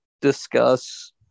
discuss